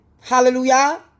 Hallelujah